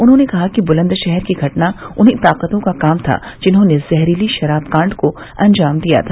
उन्होंने कहा कि बुलन्दशहर की घटना उन्हीं ताकतों का काम था जिन्होंने जहरीली शराब काण्ड को अंजाम दिया था